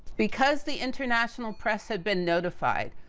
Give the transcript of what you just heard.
because, the international press had been notified,